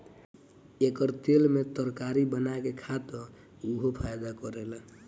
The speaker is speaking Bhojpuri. एकर तेल में तरकारी बना के खा त उहो फायदा करेला